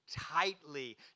tightly